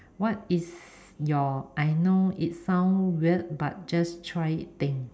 what is your I know it sound weird but just try it thing